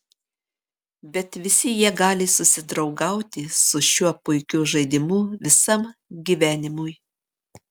bet visi jie gali susidraugauti su šiuo puikiu žaidimu visam gyvenimui